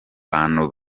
bantu